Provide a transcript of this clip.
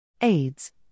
AIDs